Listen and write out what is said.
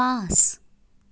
পাঁচ